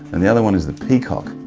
and the other one is the peacock,